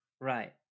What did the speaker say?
Right